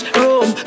room